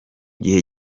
gihe